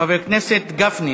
חבר הכנסת גפני.